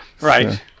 Right